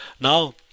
now